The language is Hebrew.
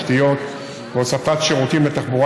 כי הוא פחד שיעלילו עליו,